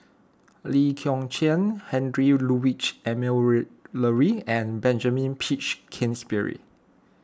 Lee Kong Chian Heinrich Ludwig Emil Luering and Benjamin Peach Keasberry